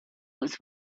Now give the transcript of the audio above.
was